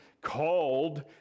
called